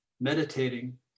meditating